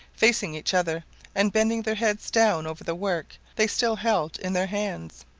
facing each other and bending their heads down over the work they still held in their hands.